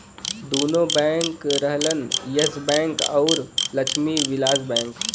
दुन्नो बैंक रहलन Yes Bank अउर लक्ष्मी विलास बैंक